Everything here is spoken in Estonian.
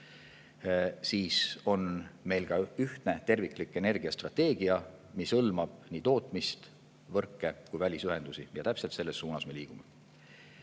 siis on meil ühtne terviklik energiastrateegia, mis hõlmab nii tootmist, võrke kui ka välisühendusi. Ja täpselt selles suunas me liigume.